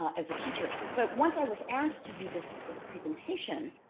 ah as a teacher? but once i was asked to do this this presentation,